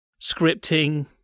scripting